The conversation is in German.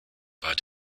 war